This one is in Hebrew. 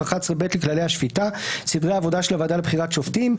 11ב לכללי השפיטה (סדרי העבודה של הוועדה לבחירת שופטים),